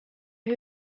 who